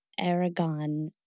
Aragon